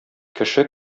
кеше